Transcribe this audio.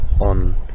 on